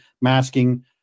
masking